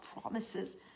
promises